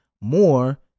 more